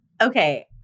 okay